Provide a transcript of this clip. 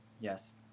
yes